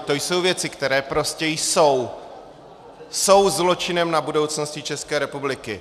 To jsou věci, které prostě jsou, jsou zločinem na budoucnosti České republiky.